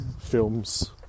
films